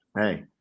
hey